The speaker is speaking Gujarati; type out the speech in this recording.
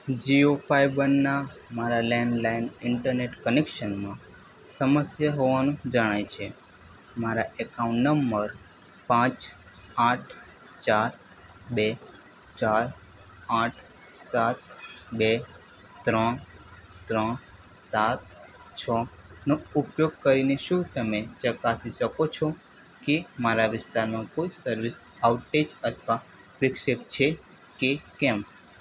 જીઓ ફાઈબરના મારા લેન્ડ લાઇન ઈન્ટરનેટ કનેક્શનમાં સમસ્યા હોવાનું જણાય છે મારા એકાઉન્ટ નંબર પાંચ આઠ ચાર બે ચાર આઠ સાત બે ત્રણ ત્રણ સાત છનો ઉપયોગ કરીને શું તમે ચકાસી શકો છો કે મારા વિસ્તારમાં કોઈ સર્વિસ આઉટેજ અથવા વિક્ષેપ છે કે કેમ